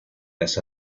las